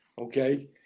okay